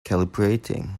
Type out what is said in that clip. calibrating